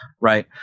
right